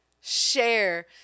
share